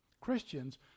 Christians